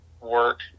work